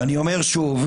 אני אומר שוב: